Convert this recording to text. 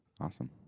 Awesome